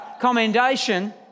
commendation